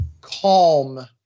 calm